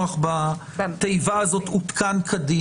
--- בלי לבקר את בית המשפט,